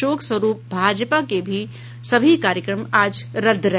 शोक स्वरूप भाजपा के भी सभी कार्यक्रम आज रद्द रहे